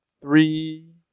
three